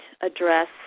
address